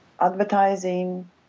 advertising